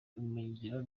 ngiro